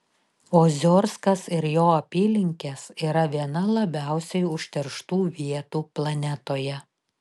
oziorskas ir jo apylinkės yra viena labiausiai užterštų vietų planetoje